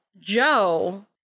Joe